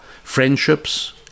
friendships